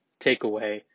takeaway